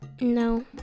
No